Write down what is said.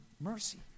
mercy